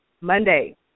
Monday